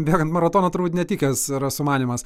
bėgant maratoną turbūt netikęs yra sumanymas